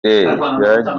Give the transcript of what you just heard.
yaragiye